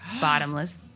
bottomless